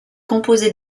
composé